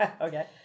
Okay